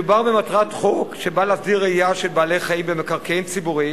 מדובר בחוק שבא להסדיר רעייה של בעלי-חיים במקרקעין ציבורי